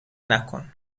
نکن